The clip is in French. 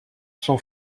son